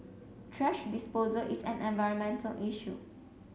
thrash disposal is an environmental issue